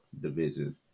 division